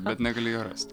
bet negali jo rast